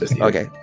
Okay